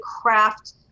craft